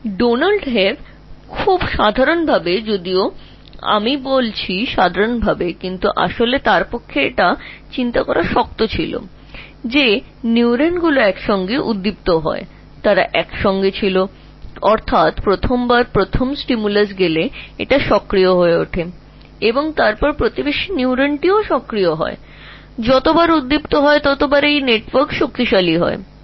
Donald Hebb যদিও আমি এটিকে সহজভাবেই বলছি তাঁর পক্ষে মনে করা শক্ত ছিল যে নিউরনগুলি একসাথে ফায়ার করে তারা একসাথে ছিল এর অর্থ প্রথমবার উদ্দীপনাটি এলে এটি সক্রিয় হয় এবং তখন আশেপাশের নিউরনগুলিও সক্রিয় হয় যতবার তুমি ফায়ার করবে এই নেটওয়ার্কটি শক্তিশালী হবে